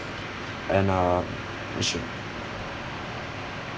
and uh we should